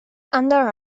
andere